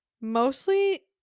mostly